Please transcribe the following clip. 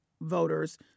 voters